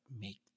make